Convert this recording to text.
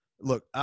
Look